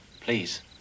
Please